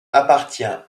appartient